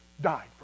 died